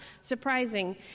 surprising